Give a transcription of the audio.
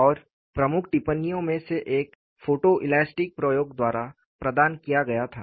और प्रमुख टिप्पणियों में से एक फोटोइलास्टिक प्रयोग द्वारा प्रदान किया गया था